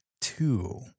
two